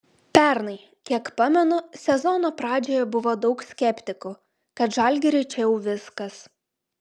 pernai kiek pamenu sezono pradžioje buvo daug skeptikų kad žalgiriui čia jau viskas